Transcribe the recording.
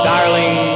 Darling